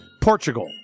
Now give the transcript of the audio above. Portugal